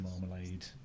Marmalade